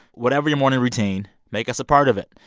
whatever your morning routine, make us a part of it.